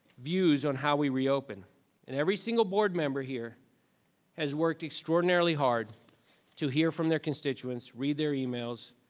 views on how we reopen and every single board member here has worked extraordinarily hard to hear from their constituents, read their emails,